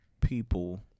people